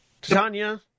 Tanya